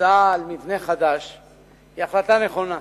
הצעה על מבנה חדש היא החלטה נכונה.